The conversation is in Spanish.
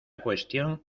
cuestión